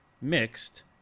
mixed